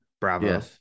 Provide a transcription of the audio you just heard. Bravo